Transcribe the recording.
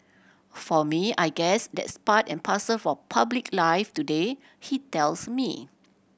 for me I guess that's part and parcel of public life today he tells me